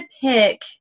pick